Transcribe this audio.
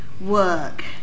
work